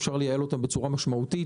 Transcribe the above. אפשר לייעל אותם בצורה משמעותית,